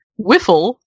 Wiffle